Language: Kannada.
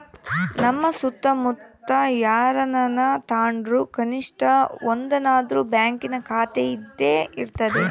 ನಮ್ಮ ಸುತ್ತಮುತ್ತ ಯಾರನನ ತಾಂಡ್ರು ಕನಿಷ್ಟ ಒಂದನಾದ್ರು ಬ್ಯಾಂಕಿನ ಖಾತೆಯಿದ್ದೇ ಇರರ್ತತೆ